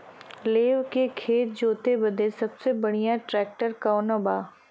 लेव के खेत जोते बदे सबसे बढ़ियां ट्रैक्टर कवन बा?